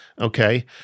Okay